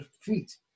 feet